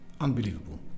unbelievable